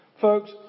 Folks